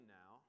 now